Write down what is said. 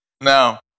Now